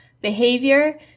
Behavior